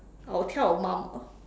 I will tell your mom ah